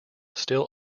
still